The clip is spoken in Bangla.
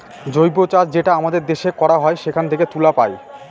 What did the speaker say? জৈব চাষ যেটা আমাদের দেশে করা হয় সেখান থেকে তুলা পায়